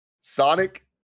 sonic